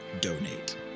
donate